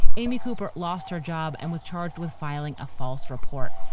amy cooper lost her job and was charged with filing a false report.